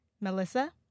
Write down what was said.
Melissa